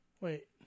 Wait